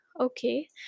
okay